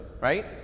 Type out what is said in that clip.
Right